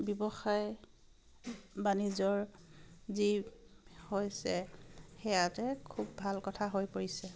ব্যৱসায় বাণিজ্যৰ যি হৈছে খুব ভাল কথা হৈ পৰিছে